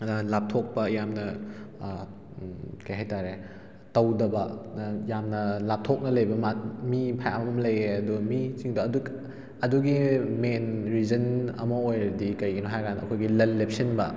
ꯂꯥꯞꯊꯣꯛꯄ ꯌꯥꯝꯅ ꯀꯩ ꯍꯥꯏꯇꯥꯔꯦ ꯇꯧꯗꯕ ꯌꯥꯝꯅ ꯂꯥꯞꯊꯣꯛꯅ ꯂꯩꯕ ꯃꯤ ꯃꯌꯥꯝ ꯑꯃ ꯂꯩꯌꯦ ꯑꯗꯣ ꯃꯤꯁꯤꯡꯗꯣ ꯑꯗꯨꯒꯤ ꯃꯦꯟ ꯔꯤꯖꯟ ꯑꯃ ꯑꯣꯏꯔꯗꯤ ꯀꯩꯒꯤꯅꯣ ꯍꯥꯏꯔꯀꯥꯟꯗ ꯑꯩꯈꯣꯏꯒꯤ ꯂꯟ ꯂꯦꯞꯁꯤꯟꯕ